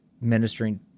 ministering